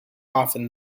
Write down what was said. often